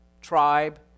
tribe